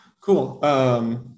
Cool